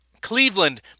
cleveland